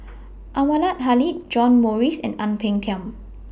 Anwarul Haque John Morrice and Ang Peng Tiam